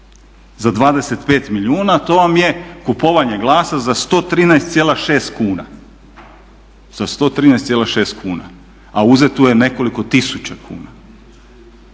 za 25 milijuna. To vam je kupovanje glasa za 113,6 kn, a uzeto je nekoliko tisuća kuna